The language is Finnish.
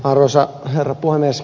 arvoisa herra puhemies